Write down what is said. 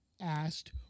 asked